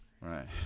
Right